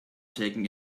taking